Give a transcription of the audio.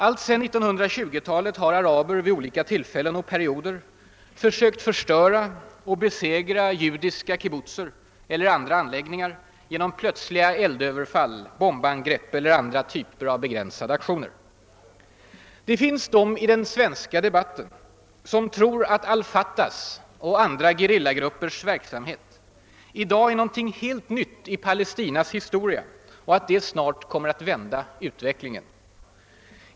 Alltsedan 1920-talet har araber vid olika tillfällen och under olika perioder försökt förstöra och besegra judiska kibbutzer eller andra anläggningar genom plötsliga eldöverfall, bombangrepp eller andra typer av begränsade aktioner. Det finns de i den svenska debatten som tror att al Fatahs och andra gerillagruppers verksamhet i dag är något helt nytt i Palestinas historia och snart kommer att vända utvecklingen.